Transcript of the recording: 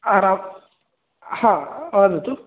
आ रा वदन्तु